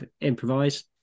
improvise